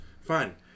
fine